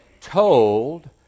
told